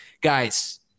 Guys